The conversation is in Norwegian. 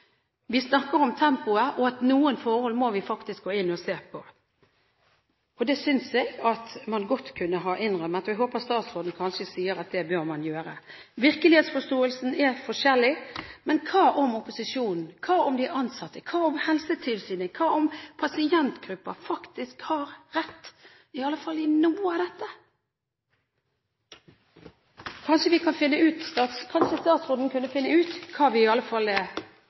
Vi snakker om tempoet, og at det faktisk er noen forhold vi må gå inn og se på. Det synes jeg at man godt kunne ha innrømmet. Jeg håper at statsråden kanskje sier at man bør gjøre det. Virkelighetsforståelsen er forskjellig, men hva om opposisjonen, hva om de ansatte, hva om Helsetilsynet, hva om pasientgrupper faktisk har rett, iallfall i noe av dette? Kanskje statsråden kunne finne ut hva vi iallfall er enige om, og har rett i. Det har vært en interessant debatt. Det som i hvert fall